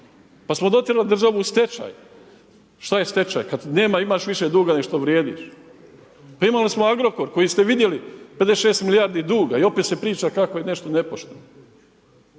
pa smo dotjerali državu u stečaj, šta je stečaj, kada nema, imaš više duga nego što vrijediš. Pa imali smo Agrokor koji ste vidjeli, 56 milijardi duga i opet se priča kako je nešto nepošteno.